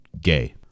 gay